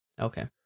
Okay